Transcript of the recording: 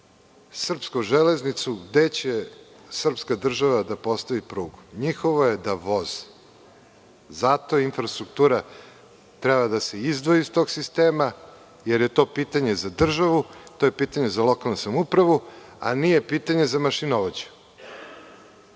srpsku železnicu gde će srpska država da postavi prugu? Njihovo je da voze. Zato infrastruktura treba da se izdvoji iz tog sistema, jer je to pitanje za državu, to je pitanje za lokalnu samoupravu, a nije pitanje za mašinovođe.